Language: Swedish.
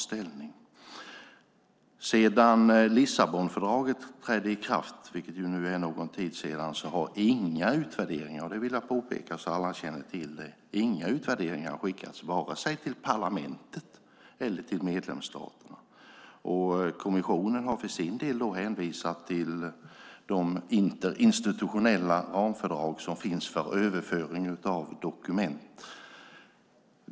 Sedan Lissabonfördraget trädde i kraft, vilket nu är någon tid sedan, har inga utvärderingar - och det vill jag påpeka så att alla känner till det - skickats vare sig till parlamentet eller till medlemsstaterna. Och kommissionen har för sin del hänvisat till de institutionella ramfördrag som finns för överföring av dokument.